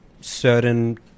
certain